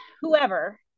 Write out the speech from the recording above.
whoever